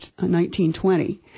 1920